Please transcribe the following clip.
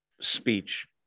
speech